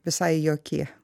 visai jokie